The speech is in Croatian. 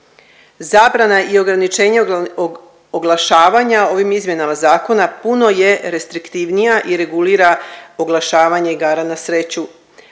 Zabrana i ograničenje oglašavanje ovim izmjenama zakona puno je restriktivnija i regulira oglašavanje igara na sreću